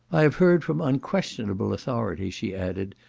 i have heard from unquestionable authority, she added,